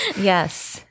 Yes